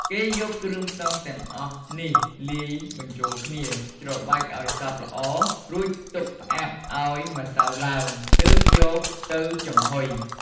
គេយកគ្រឿងផ្សំទាំងអស់នេះលាយបញ្ចូលគ្នា ច្របាច់ឱ្យសព្វល្អ រួចទុកផ្អាប់ឱ្យម្សៅឡើង ទើបយកទៅចំហុយ។